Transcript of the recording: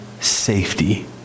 safety